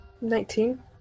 Nineteen